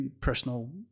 personal